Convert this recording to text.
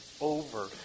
over